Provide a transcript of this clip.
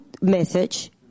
message